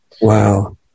Wow